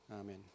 Amen